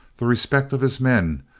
the respect of his men,